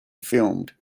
filmed